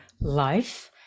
life